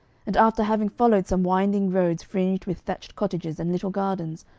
and after having followed some winding roads fringed with thatched cottages and little gardens,